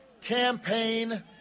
campaign